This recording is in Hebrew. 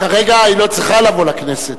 כרגע היא לא צריכה לבוא לכנסת.